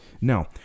Now